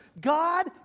God